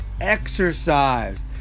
exercise